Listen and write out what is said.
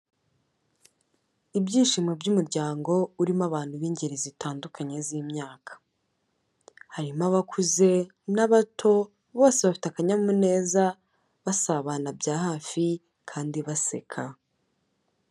Ibyishimo by'umuryango urimo abantu b'ingeri zitandukanye z'imyaka, harimo abakuze n'abato, bose bafite akanyamuneza, basabana bya hafi kandi baseka.